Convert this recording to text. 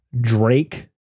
Drake